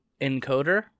encoder